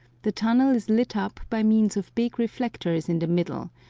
the tunnel is lit up by means of big reflectors in the middle,